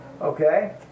Okay